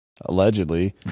allegedly